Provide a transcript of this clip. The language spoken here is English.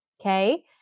okay